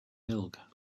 milk